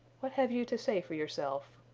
what have you to say for yourself?